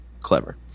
clever